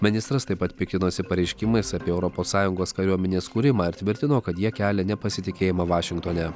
ministras taip pat piktinosi pareiškimais apie europos sąjungos kariuomenės kūrimą ar tvirtino kad jie kelia nepasitikėjimą vašingtone